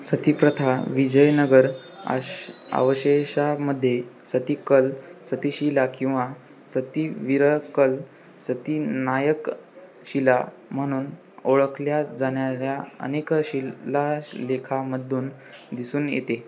सती प्रथा विजयनगर आश अवशेषामध्ये सतीकल सती शीला किंवा सती वीरकल सती नायक शीला म्हणून ओळखल्या जाणाऱ्या अनेक शीलालेखांमधून दिसून येते